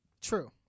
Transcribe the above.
True